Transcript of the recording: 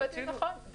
נכון,